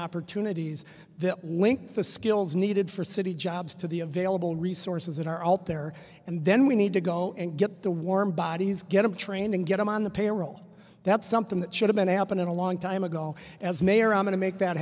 opportunities that link the skills needed for city jobs to the available resources that are out there and then we need to go and get the warm bodies get of training get them on the payroll that's something that should have been happening a long time ago as mayor i'm going to make that